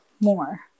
more